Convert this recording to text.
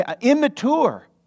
immature